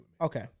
Okay